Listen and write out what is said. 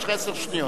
יש לך עשר שניות.